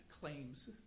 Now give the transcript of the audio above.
claims